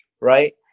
Right